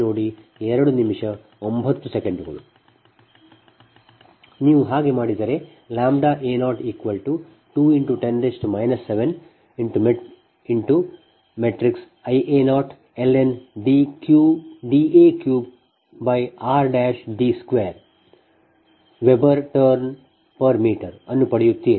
ನೀವು ಹಾಗೆ ಮಾಡಿದರೆ a02×10 7Ia0ln Dn3rD2 Wb Tm ಅನ್ನು ಪಡೆಯುತ್ತೀರಿ